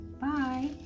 Bye